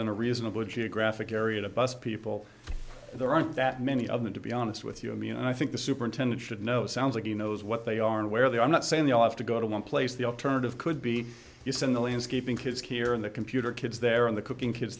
within a reasonable geographic area that bus people there aren't that many of them to be honest with you i mean i think the superintendent should know it sounds like he knows what they are and where they are not saying they all have to go to one place the alternative could be use in the landscaping kids here in the computer kids there on the cooking kids